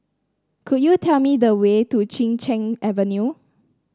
could you tell me the way to Chin Cheng Avenue